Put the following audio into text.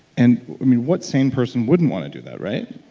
and what sane person wouldn't want to do that right?